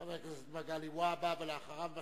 חבר הכנסת מגלי והבה, ואחריו,